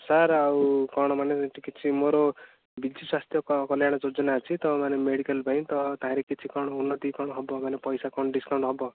sir ଆଉ କ'ଣ ମାନେ ଏମିତି କିଛି ମୋର ବିଜୁସ୍ୱାସ୍ଥ୍ୟ କଲ୍ୟାଣ ଯୋଜନା ଅଛି ତ ମାନେ ମେଡ଼ିକାଲ୍ ପାଇଁ ତ ତାରି କିଛି କ'ଣ ଉନ୍ନତି କ'ଣ ହବ ମାନେ ପଇସା କ'ଣ ଡିସକାଉଣ୍ଟ ହବ